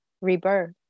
rebirth